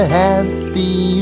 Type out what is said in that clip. happy